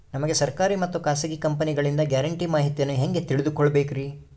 ನಮಗೆ ಸರ್ಕಾರಿ ಮತ್ತು ಖಾಸಗಿ ಕಂಪನಿಗಳಿಂದ ಗ್ಯಾರಂಟಿ ಮಾಹಿತಿಯನ್ನು ಹೆಂಗೆ ತಿಳಿದುಕೊಳ್ಳಬೇಕ್ರಿ?